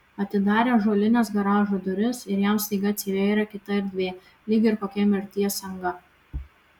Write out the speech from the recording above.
atidarė ąžuolines garažo duris ir jam staiga atsivėrė kita erdvė lyg ir kokia mirties anga